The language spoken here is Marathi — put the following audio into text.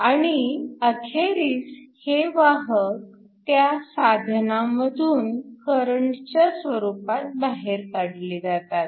आणि अखेरीस हे वाहक त्या साधनामधून करंटच्या स्वरूपात बाहेर काढले जातात